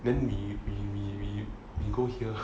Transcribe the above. then we we we we go here